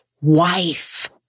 wife